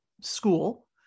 school